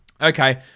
Okay